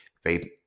Faith